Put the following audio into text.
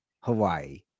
Hawaii